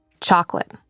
Chocolate